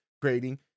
creating